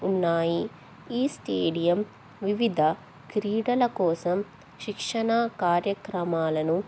ఉన్నాయి ఈ స్టేడియం వివిధ క్రీడల కోసం శిక్షణ కార్యక్రమాలను